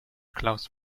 klaus